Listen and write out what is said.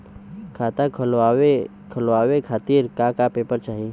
खाता खोलवाव खातिर का का पेपर चाही?